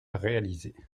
réalisées